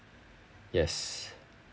yes